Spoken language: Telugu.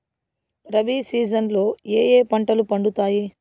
రబి సీజన్ లో ఏ ఏ పంటలు పండుతాయి